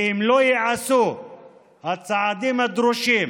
ואם לא ייעשו הצעדים הדרושים